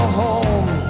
home